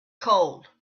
cold